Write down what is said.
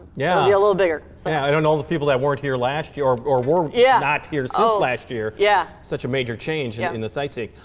yeah yeah a little bigger. so yeah. i don't know the people that weren't here last year, or or were yeah not here since so last year. yeah. such a major change yeah in the sightseeing.